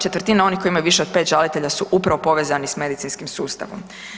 Četvrtina onih koji imaju više od 5 žalitelja su upravo povezani s medicinskim sustavom.